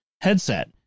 headset